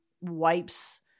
wipes